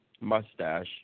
mustache